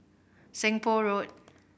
Seng Poh Road